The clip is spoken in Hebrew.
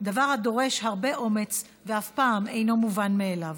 דבר הדורש הרבה אומץ ואף פעם אינו מובן מאליו.